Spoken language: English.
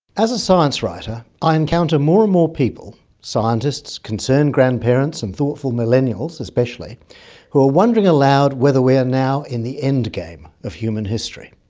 as a science writer, i encounter more and more people scientists, concerned grandparents and thoughtful millennials especially who are wondering aloud whether we are now in the endgame of human history.